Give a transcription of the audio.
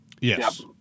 Yes